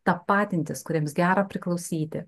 tapatintis kuriems gera priklausyti